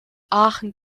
aachen